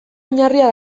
oinarria